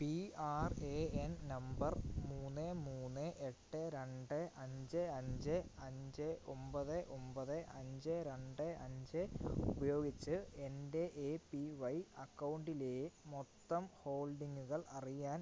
P R A N number മൂന്ന് മൂന്ന് എട്ട് രണ്ട് അഞ്ച് അഞ്ച് അഞ്ച് ഒൻപത് ഒൻപത് അഞ്ച് രണ്ട് അഞ്ച് ഉപയോഗിച്ച് എൻ്റെ എ പി വൈ അക്കൗണ്ടിലെ മൊത്തം ഹോൾഡിംഗുകൾ അറിയാൻ ഞാൻ ആഗ്രഹിക്കുന്നു